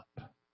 up